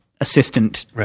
assistant